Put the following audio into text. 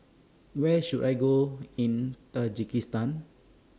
Where should I Go in Tajikistan